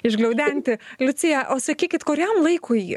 išgliaudenti liucija o sakykit kuriam laikui